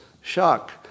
Shock